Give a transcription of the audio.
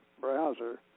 browser